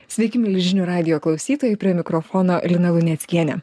sveiki mieli žinių radijo klausytojai prie mikrofono lina luneckienė